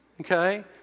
okay